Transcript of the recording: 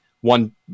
one